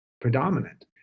predominant